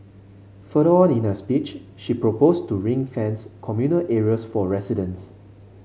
further on in her speech she proposed to ring fence communal areas for residents